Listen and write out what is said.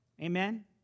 Amen